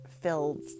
filled